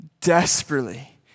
Desperately